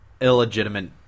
illegitimate